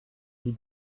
sie